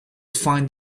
find